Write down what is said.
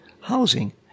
housing